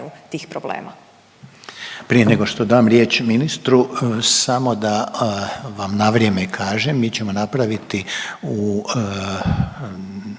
(HDZ)** Prije nego što dam riječ ministru, samo da vam na vrijeme kažem. Mi ćemo napraviti u